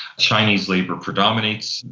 chinese labour predominates,